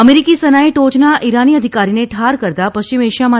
અમેરિકી સેનાએ ટોચના ઇરાની અધિકારીને ઠાર કરતાં પશ્ચિમ એશિયામાં